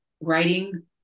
writing